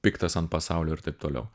piktas ant pasaulio ir taip toliau